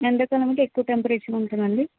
ఎండాకాలంకి ఎక్కువ టెంపరేచర్ ఉంటుందా అండి